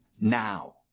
now